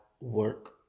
work